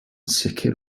sicr